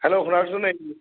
hello শুনা পাইছ' নেকি